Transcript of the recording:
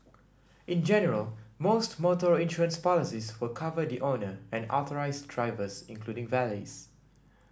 in general most motor insurance policies will cover the owner and authorised drivers including valets